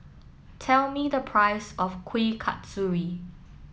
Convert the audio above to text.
tell me the price of Kuih Kasturi